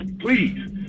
Please